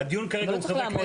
הדיון כרגע הוא של חברי כנסת.